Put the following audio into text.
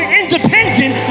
independent